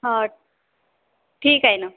अं ठीक आहे नं